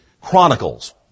chronicles